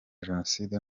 jenoside